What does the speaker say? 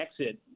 exit